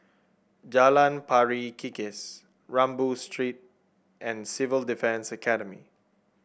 Jalan Pari Kikis Rambau Street and Civil Defence Academy